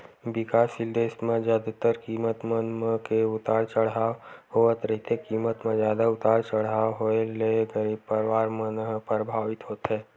बिकाससील देस म जादातर कीमत मन म के उतार चड़हाव होवत रहिथे कीमत म जादा उतार चड़हाव होय ले गरीब परवार मन ह परभावित होथे